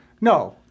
No